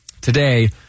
Today